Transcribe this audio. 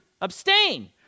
Abstain